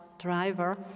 Driver